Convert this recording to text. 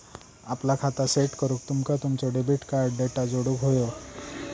आपला खाता सेट करूक तुमका तुमचो डेबिट कार्ड डेटा जोडुक व्हयो